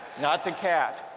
not the cat